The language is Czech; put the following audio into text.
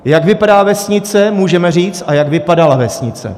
Jak vypadá vesnice, můžeme říct, a jak vypadala vesnice!